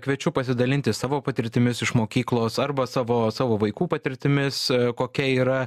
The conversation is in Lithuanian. kviečiu pasidalinti savo patirtimis iš mokyklos arba savo savo vaikų patirtimis kokia yra